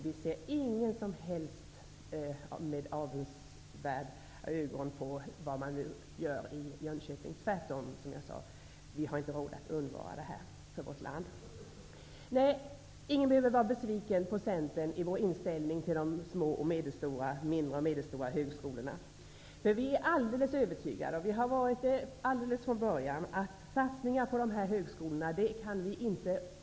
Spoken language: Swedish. Vi ser inte med några som helst avundsjuka ögon på det som man nu gör i Jönköping, tvärtom. Nej, ingen behöver vara besviken på Centerns inställning när det gäller de mindre och medelstora högskolorna. Vi är alldeles övertygade om -- och det har vi varit från början -- att satsningarna på dessa högskolor inte kan undvaras.